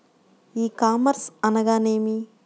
ఈ కామర్స్ అనగా నేమి?